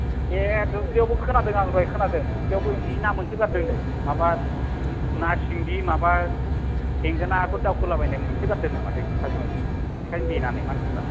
ए दुब्लियावबो खोनादों आं दहाय खोनादों दुब्लियावबो जि ना मोनसो गारदों नो माबा ना सिंगि माबा थेंगोनाफोर दावखोलाबायनाय मोनसोगारदों नो माथो सिखाजों सिखाजों देनानै मानसिफ्रा